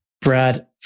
Brad